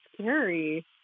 scary